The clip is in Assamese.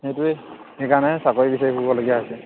সেইটোৱে সেইকাৰণে চাকৰি বিচাৰি ফুৰিবলগীয়া হৈছে